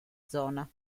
zona